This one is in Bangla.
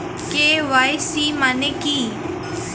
কে.ওয়াই.সি মানে কী?